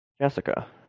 Jessica